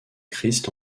christ